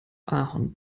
ahorn